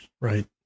Right